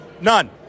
None